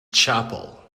chapel